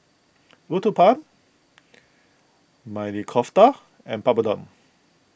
Uthapam Maili Kofta and Papadum